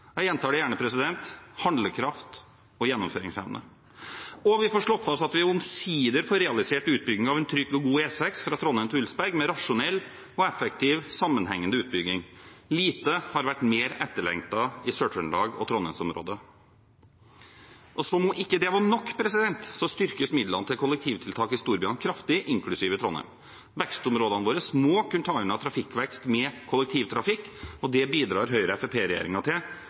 Jeg gjentar det gjerne: handlekraft og gjennomføringsevne. Vi får slått fast at vi omsider får realisert utbygging av en trygg og god E6 fra Trondheim til Ulsberg, med en rasjonell og effektiv sammenhengende utbygging. Lite har vært mer etterlengtet i Sør-Trøndelag og Trondheimsområdet. Som ikke det var nok, økes midlene til kollektivtiltak i storbyene kraftig, inklusive Trondheim. Vekstområdene våre må kunne ta unna trafikkvekst med kollektivtrafikk, og det bidrar